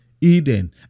Eden